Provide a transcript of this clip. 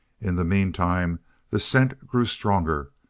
in the meantime the scent grew stronger,